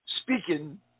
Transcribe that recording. speaking